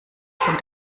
von